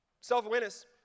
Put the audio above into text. self-awareness